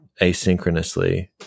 asynchronously